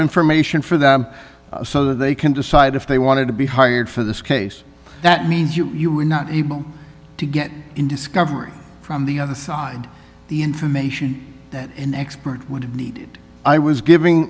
information for them so they can decide if they wanted to be hired for this case that means you are not able to get in discovery from the other side the information that an expert would need i was giving